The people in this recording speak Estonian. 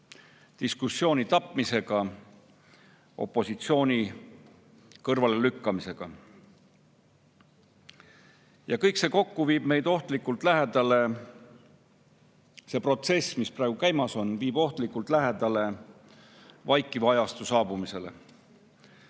diskussiooni tapmisega, opositsiooni kõrvalelükkamisega. Ja kõik see kokku, see protsess, mis praegu käimas on, viib meid ohtlikult lähedale vaikiva ajastu saabumisele.